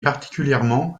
particulièrement